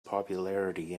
popularity